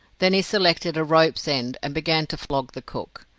then he selected a rope's end and began to flog the cook.